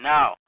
Now